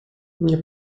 nie